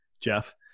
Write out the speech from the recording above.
Jeff